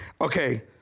okay